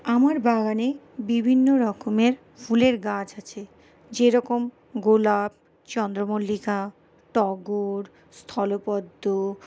আমি বাগানে বিভিন্ন রকমের ফুলের গাছ আছে যেরকম গোলাপ চন্দ্রমল্লিকা টগর স্থলপদ্ম